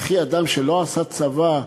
וכי אדם שלא עשה צבא,